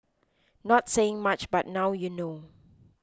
not saying much but now you know